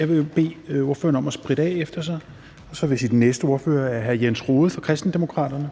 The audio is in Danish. Jeg vil bede ordføreren om at spritte af efter sig. Tak for det. Og så vil jeg sige, at den næste ordfører er hr. Jens Rohde fra Kristendemokraterne.